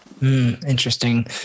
Interesting